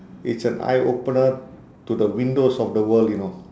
it's an eye opener to the windows of the world you know